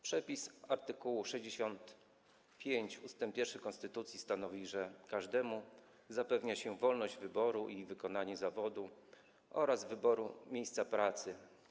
Przepis art. 65 ust. 1 konstytucji stanowi, że każdemu zapewnia się wolność wyboru i wykonywania zawodu oraz wyboru miejsca pracy.